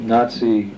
Nazi